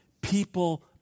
People